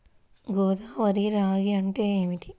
గోదావరి రాగి అంటే ఏమిటి?